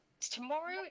tomorrow